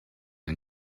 ein